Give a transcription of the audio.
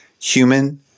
human